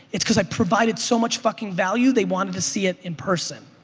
it's cause i provided so much fucking value they wanted to see it in person.